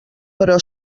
però